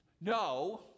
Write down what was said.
No